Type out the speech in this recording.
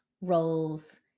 roles